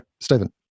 Stephen